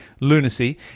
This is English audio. lunacy